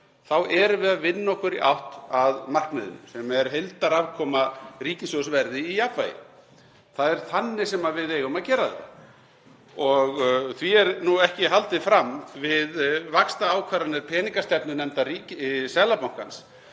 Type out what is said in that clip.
þá erum við að vinna okkur í átt að markmiðinu sem er að heildarafkoma ríkissjóðs verði í jafnvægi. Það er þannig sem við eigum að gera þetta. Því er nú ekki haldið fram við vaxtaákvarðanir peningastefnunefndar Seðlabankans